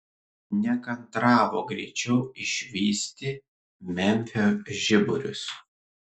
nekantravo greičiau išvysti memfio žiburius